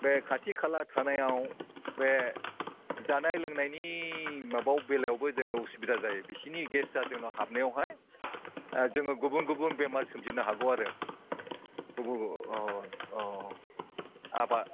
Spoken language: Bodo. बे खाथि खाला थानायाव बे जानाय लोंनायनि माबायाव बेलायावबो जोङो असुबिदा जायो बिसिनि गेसआ जोंनाव हाबनायावहाय जोङो गुबुन गुबुन बेमार सोमजिनो हागौ आरो औ औ औ आबाद